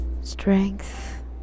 strength